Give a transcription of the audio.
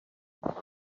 and